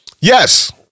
Yes